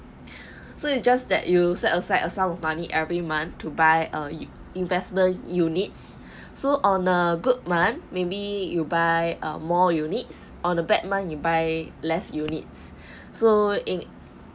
so it's just that you set aside a sum of money every month to buy err investment units so on a good month maybe you buy err more units on a bad month you buy less units so it